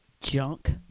junk